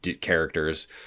characters